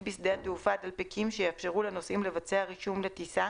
בשדה התעופה דלפקים שיאפשרו לנוסעים לבצע רישום לטיסה